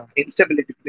instability